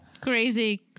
crazy